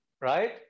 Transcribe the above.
right